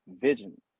vision